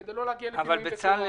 כדי לא להגיע לפינויים בחוק,